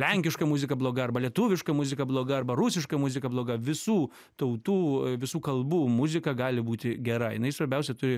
lenkiška muzika bloga arba lietuviška muzika bloga arba rusiška muzika bloga visų tautų visų kalbų muzika gali būti gera jinai svarbiausia turi